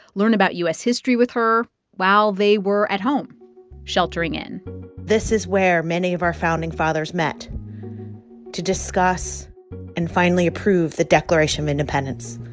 learn about u s. history with her while they were at home sheltering in this is where many of our founding fathers met to discuss and finally approve the declaration of independence.